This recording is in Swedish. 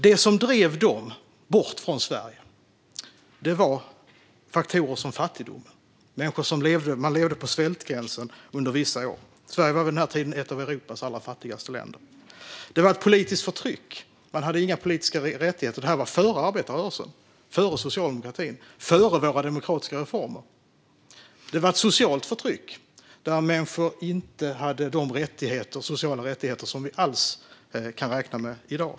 Det som drev dem bort från Sverige var faktorer som fattigdom. Människor levde under vissa år på svältgränsen. Sverige var vid den här tiden ett av Europas allra fattigaste länder. Det rådde ett politiskt förtryck. Man hade inga politiska rättigheter. Det här var före arbetarrörelsen, före socialdemokratin och före de demokratiska reformerna. Det rådde ett socialt förtryck där människor inte hade de sociala rättigheter som vi kan räkna med i dag.